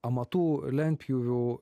amatų lentpjūvių